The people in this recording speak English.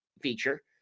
feature